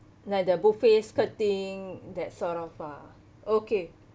like the buffet skirting that sort of uh okay